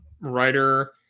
writer